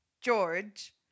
George